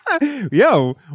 Yo